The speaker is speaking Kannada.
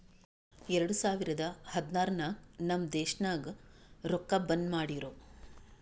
ಎರಡು ಸಾವಿರದ ಹದ್ನಾರ್ ನಾಗ್ ನಮ್ ದೇಶನಾಗ್ ರೊಕ್ಕಾ ಬಂದ್ ಮಾಡಿರೂ